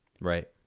Right